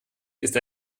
ist